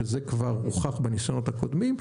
שהרי זה הוכח בניסיונות הקודמים,